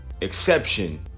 Exception